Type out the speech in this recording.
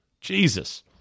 Jesus